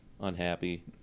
unhappy